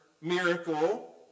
miracle